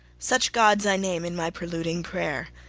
such gods i name in my preluding prayer,